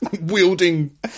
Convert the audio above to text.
Wielding